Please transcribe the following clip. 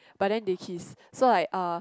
but then they kissed so like uh